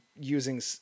using